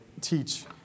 teach